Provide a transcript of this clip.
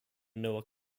noah